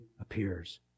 appears